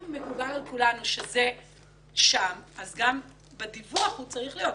אם מקובל על כולנו שזה שם אז גם בדיווח הוא צריך להיות.